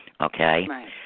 okay